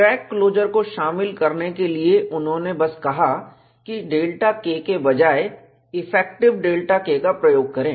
crack closure को शामिल करने के लिए उन्होंने बस कहा कि Δ K के बजाए इफेक्टिव ΔK का प्रयोग करें